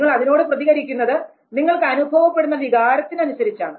നിങ്ങൾ അതിനോട് പ്രതികരിക്കുന്നത് നിങ്ങൾക്ക് അനുഭവപ്പെടുന്ന വികാരത്തിന് അനുസരിച്ചാണ്